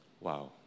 Wow